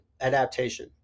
adaptation